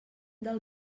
del